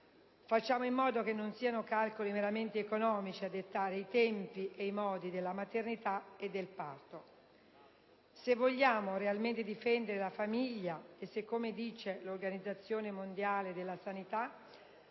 facciamo in modo che non siano calcoli meramente economici a dettare i tempi e i modi della maternità e del parto. Se vogliamo realmente difendere la famiglia e se - come dice l'Organizzazione mondiale della sanità